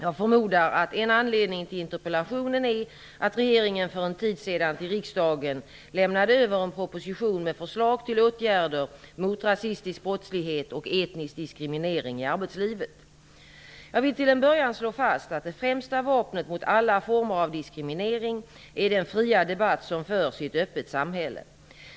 Jag förmodar att en anledning till interpellationen är att regeringen för en tid sedan till riksdagen lämnade över en proposition med förslag till åtgärder mot rasistisk brottslighet och etnisk diskriminering i arbetslivet . Jag vill till en början slå fast att det främsta vapnet mot alla former av diskriminering är den fria debatt som förs i ett öppet samhälle.